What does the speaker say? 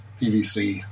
PVC